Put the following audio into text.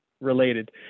related